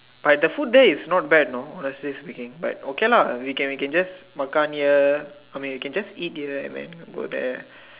but the food there is not bad know honestly speaking but okay lah we can we can just makan here I mean we can just eat dinner when go there